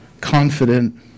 confident